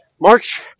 March